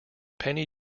penny